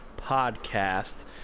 podcast